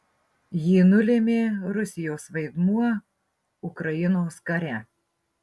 jį nulėmė rusijos vaidmuo ukrainos kare